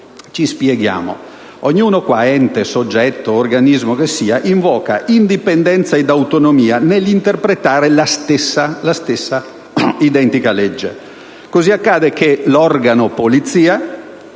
Ci spieghiamo: ognuno - ente, soggetto o organismo che sia - invoca indipendenza ed autonomia nell'interpretare la stessa identica legge. Così accade che l'organo Polizia